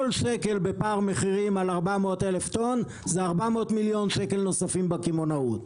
כל שקל בפער מחירים על 400,000 טון זה 400 מיליון שקל נוספים בקמעונאות.